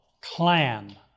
clan